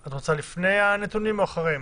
את רוצה לפני הנתונים, או אחריהם?